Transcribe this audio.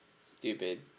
stupid